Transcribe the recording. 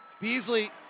Beasley